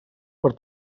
per